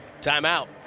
Timeout